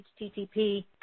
HTTP